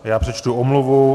Já přečtu omluvu.